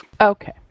Okay